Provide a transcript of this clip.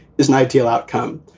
is an ideal outcome.